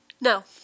No